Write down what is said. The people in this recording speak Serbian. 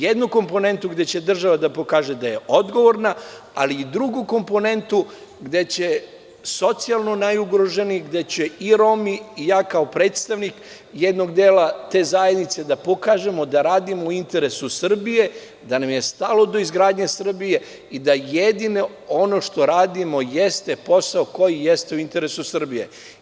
Jednu komponentu gde će država da pokaže da je odgovorna ali i drugu komponentu gde će socijalno najugroženiji, gde će i Romi i ja kao predstavnik jednog dela te zajednice da pokažemo da radimo u interesu Srbije, da nam je stalo do izgradnje Srbije i da jedino ono što radimo jeste posao koji jeste u interesu Srbije.